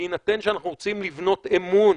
בהינתן שאנחנו רוצים לבנות אמון